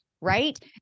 right